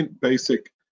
basic